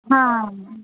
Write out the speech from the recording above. हा